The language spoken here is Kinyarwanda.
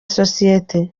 sosiyeti